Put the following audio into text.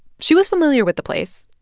she was familiar with the place,